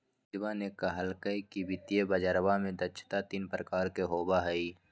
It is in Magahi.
पूजवा ने कहल कई कि वित्तीय बजरवा में दक्षता तीन प्रकार के होबा हई